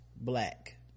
black